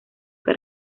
que